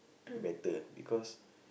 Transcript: better because